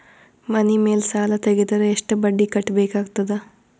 ಮನಿ ಮೇಲ್ ಸಾಲ ತೆಗೆದರ ಎಷ್ಟ ಬಡ್ಡಿ ಕಟ್ಟಬೇಕಾಗತದ?